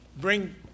bring